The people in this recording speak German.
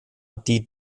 die